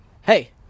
Hey